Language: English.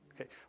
Okay